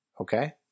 Okay